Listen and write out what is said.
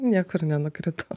niekur nenukritau